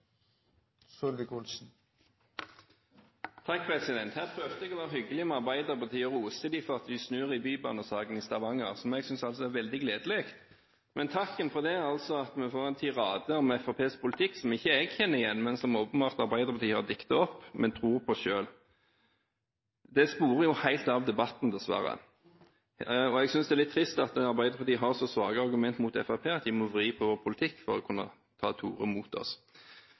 Her prøvde jeg å være hyggelig mot Arbeiderpartiet og roste dem for at de snur i bybanesaken i Stavanger, som jeg altså synes er veldig gledelig, men takken for det er altså at vi får en tirade om Fremskrittspartiets politikk, som jeg ikke kjenner igjen, men som åpenbart Arbeiderpartiet har diktet opp og tror på selv. Det sporer dessverre helt av debatten. Jeg synes det er litt trist at Arbeiderpartiet har så svake argumenter mot Fremskrittspartiet at de må vri på vår politikk for å kunne ta til orde mot oss.